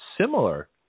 similar